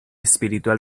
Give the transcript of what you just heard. espiritual